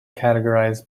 categorized